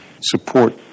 support